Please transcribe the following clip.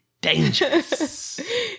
dangerous